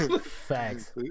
Facts